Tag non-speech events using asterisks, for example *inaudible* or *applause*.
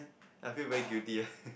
I feel very guilty *laughs*